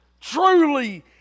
truly